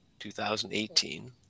2018